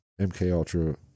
MKUltra